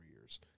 years